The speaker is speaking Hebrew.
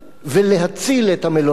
ולהציל את המלונות,